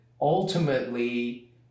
ultimately